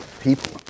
people